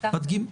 נפתח תיק.